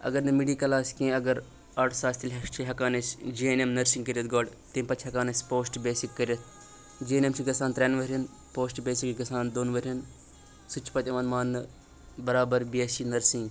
اگر نہٕ مٮ۪ڈِکَل آسہِ کینٛہہ اگر آٹٕس آسہِ تیٚلہِ چھِ ہٮ۪کان أسۍ جے این ایم نٔرسِنٛگ کٔرِتھ گۄڈٕ تَمہِ پَتہٕ چھِ ہٮ۪کان أسۍ پوسٹ بیسِک کٔرِتھ جے این ایم چھِ گژھان ترٛٮ۪ن ؤرِین پوسٹ بیسِک چھِ گژھان دۄن ؤرِین سُہ تہِ چھُ پَتہٕ یِوان ماننہٕ برابر بی ایس سی نٔرسِنگ